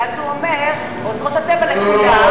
כי אז הוא אומר: אוצרות הטבע לכולם.